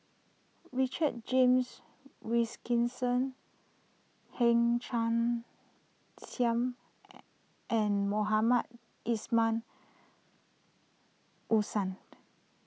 Richard James Wilkinson Hang Chang Chieh and Mohamed Ismail Hussain